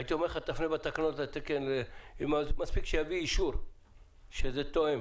הייתי אומר לך שמספיק שיביא אישור שזה תואם